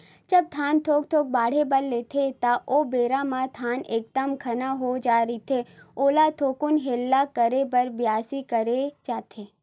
जब धान थोक थोक बाड़हे बर लेथे ता ओ बेरा म धान ह एकदम घना हो जाय रहिथे ओला थोकुन हेला करे बर बियासी करे जाथे